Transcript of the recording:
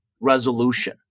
resolution